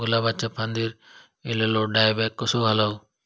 गुलाबाच्या फांदिर एलेलो डायबॅक कसो घालवं?